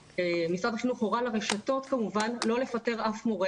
משרד החינוך הורה לרשתות כמובן לא לפטר אף מורה